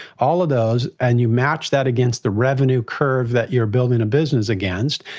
all of those and you match that against the revenue curve that you're building a business against,